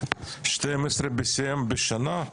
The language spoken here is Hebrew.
BCM12 בשנה?